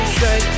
say